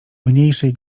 mniejszej